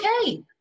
okay